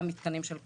במתקנים של קצא"א.